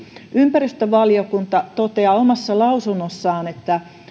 ympäristövaliokunta toteaa omassa lausunnossaan että